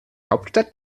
hauptstadt